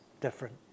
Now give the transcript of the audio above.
different